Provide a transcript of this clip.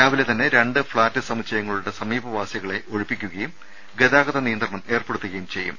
രാവിലെതന്നെ രണ്ട് ഫ്ളാറ്റ് സമുച്ചയങ്ങളുടെ സമീപവാസികളെ ഒഴിപ്പിക്കുകയും ഗതാഗതനിയന്ത്രണം ഏർപ്പെടുത്തുകയും ചെയ്യും